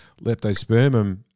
leptospermum